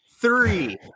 Three